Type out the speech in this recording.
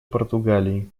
португалии